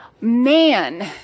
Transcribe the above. Man